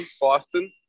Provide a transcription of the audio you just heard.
Boston